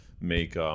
make